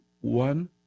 one